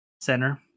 center